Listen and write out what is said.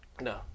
No